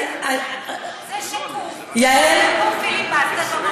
יש פה פיליבסטר,